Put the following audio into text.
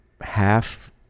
half